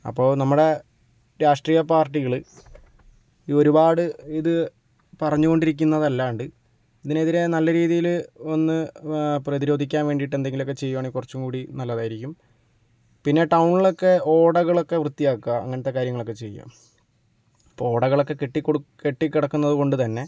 അപ്പോൾ നമ്മുടെ രാഷ്ട്രീയ പാർട്ടികള് ഒരുപാട് ഇത് പറഞ്ഞു കൊണ്ടിരിക്കുന്നത് അല്ലാണ്ട് ഇതിനെതിരെ നല്ല രീതിയില് ഒന്ന് പ്രതിരോധിക്കാൻ വേണ്ടീട്ട് എന്തെങ്കിലൊക്കെ ചെയ്യണെങ്കിൽ കുറച്ചും കൂടി നല്ലതായിരിക്കും പിന്നെ ടൗണിലൊക്കെ ഓടകളൊക്കെ വൃത്തിയാക്ക അങ്ങനത്തെ കാര്യങ്ങളൊക്കെ ചെയ്യം അപ്പോൾ ഓടകളൊക്കെ കെട്ടികെടക്കുന്നതു കൊണ്ട് തന്നെ